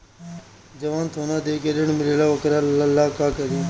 जवन सोना दे के ऋण मिलेला वोकरा ला का करी?